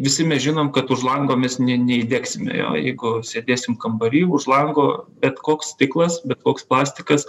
visi mes žinom kad už lango mes ne neįdegsime jo jeigu sėdėsim kambary už lango bet koks stiklas bet koks plastikas